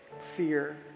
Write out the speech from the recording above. fear